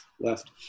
left